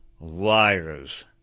liars